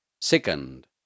Second